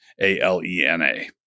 A-L-E-N-A